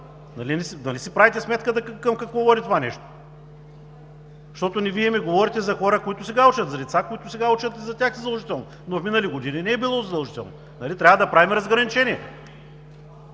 Нали си правите сметка към какво води това нещо? Защото Вие ми говорите за хора, които сега учат, за лица, които сега учат – за тях е задължително, но в минали години не е било задължително. Трябва да правим разграничение.